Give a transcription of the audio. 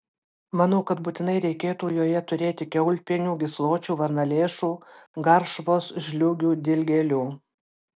manau kad būtinai reikėtų joje turėti kiaulpienių gysločių varnalėšų garšvos žliūgių dilgėlių